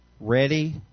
Ready